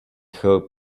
her